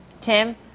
Tim